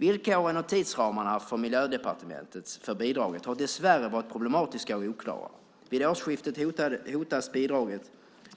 Villkoren och tidsramarna från Miljödepartementet för bidraget har dessvärre varit problematiska och oklara. Vid årsskiftet hotas bidraget